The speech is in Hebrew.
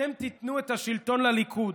אתם תיתנו את השלטון לליכוד.